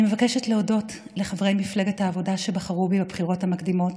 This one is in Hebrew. אני מבקשת להודות לחברי מפלגת העבודה שבחרו בי בבחירות המקדימות.